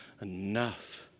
enough